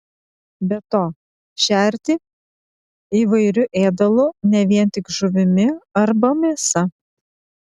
be to šerti įvairiu ėdalu ne vien tik žuvimi arba mėsa